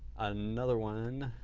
another one,